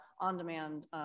on-demand